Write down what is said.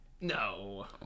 No